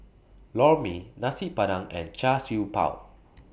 Lor Mee Nasi Padang and Char Siew Bao